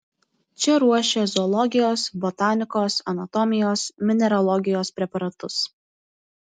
čia ruošė zoologijos botanikos anatomijos mineralogijos preparatus